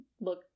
look